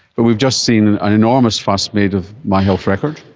but we've just seen an enormous fuss made of my health record,